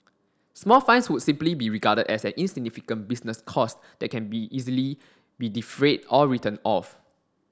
small fines would simply be regarded as an insignificant business cost that can be easily be defrayed or written off